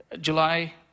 July